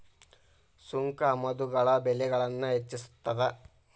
ಸುಂಕ ಆಮದುಗಳ ಬೆಲೆಗಳನ್ನ ಹೆಚ್ಚಿಸ್ತದ